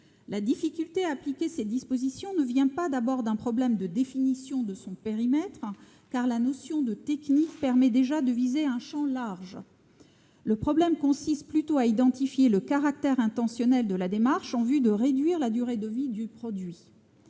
La difficulté à appliquer cette disposition ne vient pas d'abord d'un problème de définition de son périmètre, car la notion de techniques permet déjà de couvrir un champ large. Le problème consiste plutôt à identifier le caractère intentionnel de la démarche en vue de réduire la durée de vie du produit.